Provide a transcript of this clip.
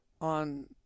on